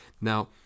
Now